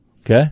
Okay